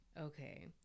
Okay